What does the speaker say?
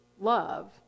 love